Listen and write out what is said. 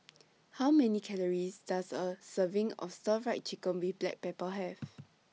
How Many Calories Does A Serving of Stir Fry Chicken with Black Pepper Have